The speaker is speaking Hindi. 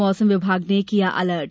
मौसम विभाग ने किया अलर्ट